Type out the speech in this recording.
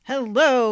Hello